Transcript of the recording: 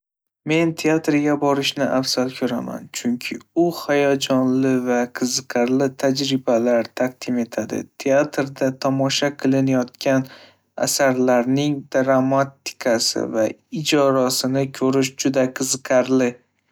Men teatrga borishni afzal ko'raman, chunki u hayajonli va qiziqarli tajribalar taqdim etadi. Teatrda tomosha qilinayotgan asarlarning dramatikasi va ijrosini ko'rish juda qiziqarli.